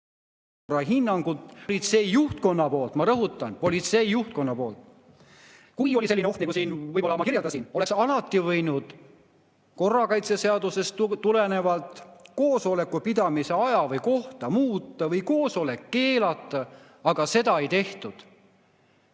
hinnangut politsei juhtkonna poolt. Ma rõhutan: politsei juhtkonna poolt. Kui oli selline oht, nagu ma siin kirjeldasin, oleks alati võinud korrakaitseseadusest tulenevalt koosoleku pidamise aega või kohta muuta või koosolek keelata, aga seda ei tehtud.